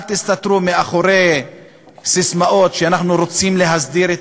אל תסתתרו מאחורי ססמאות שאנחנו רוצים להסדיר את